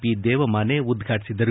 P Devamane ಉದ್ವಾಟಿಸಿದರು